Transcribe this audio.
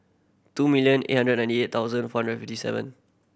two million eight hundred ninety thousand four hundred fifty seven